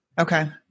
Okay